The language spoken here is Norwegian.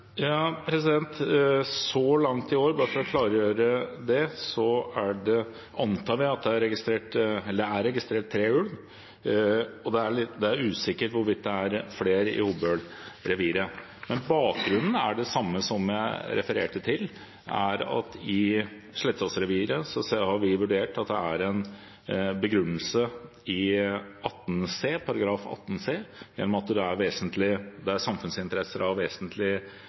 Så langt i år, bare for å klargjøre det, er det registrert tre ulv, og det er usikkert hvorvidt det er flere i Hobøl-reviret. Men bakgrunnen er den samme som jeg refererte til, at for Slettås-reviret har vi vurdert det slik at det er en begrunnelse i § 18 c gjennom at det er samfunnsinteresser «av vesentlig betydning». I Hobøl anser vi at det ikke er